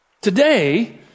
Today